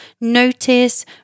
notice